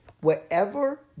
Wherever